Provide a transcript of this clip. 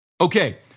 Okay